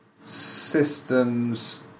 systems